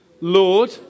Lord